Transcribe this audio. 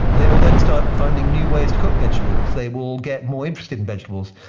and they will then start finding new ways to cook vegetables. they will get more interested in vegetables,